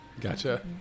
Gotcha